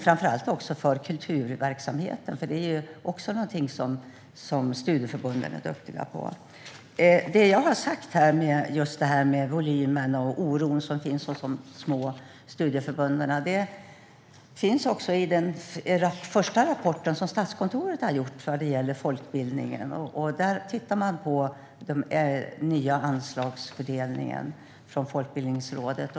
Framför allt gäller detta kulturverksamheten, som studieförbunden också är duktiga på. Det jag har sagt om volymen och den oro som finns hos de små studieförbunden nämns också i Statskontorets första rapport om folkbildningen. Där tittar man på den nya anslagsfördelningen från Folkbildningsrådet.